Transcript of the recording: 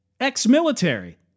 ex-military